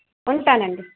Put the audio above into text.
ఉంటానండి